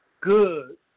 good